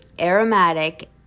aromatic